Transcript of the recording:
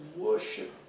worship